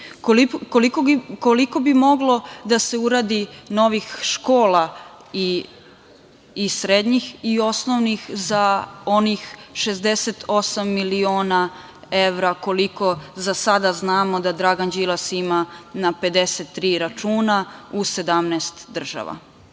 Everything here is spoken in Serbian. Koliko bi moglo da se uradi novih škola i srednjih i osnovnih za onih 68 miliona evra koliko za sada znamo da Dragan Đilas ima na 53 računa u 17 država. Razlika